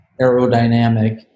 aerodynamic